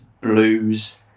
blues